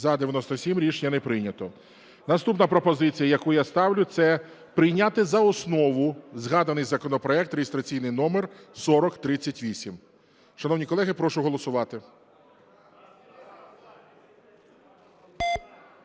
За-97 Рішення не прийнято. Наступна пропозиція, яку я ставлю, - це прийняти за основу згаданий законопроект (реєстраційний номер 4038). Шановні колеги, прошу голосувати.